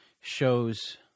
shows